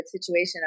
situation